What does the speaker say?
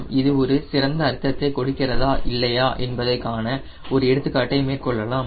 நாம் இது ஒரு சிறந்த அர்த்தத்தை கொடுக்கிறதா இல்லையா என்பதை காண ஒரு எடுத்துக்காட்டை மேற்கொள்ளலாம்